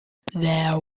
there